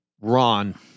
Ron